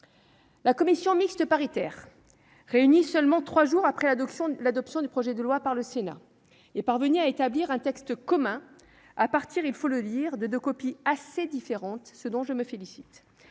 La commission mixte paritaire, réunie seulement trois jours après l'adoption du projet de loi par le Sénat, est parvenue à établir un texte commun à partir de deux copies assez différentes, il faut bien le